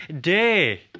day